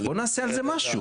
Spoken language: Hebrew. בוא נעשה על זה משהו.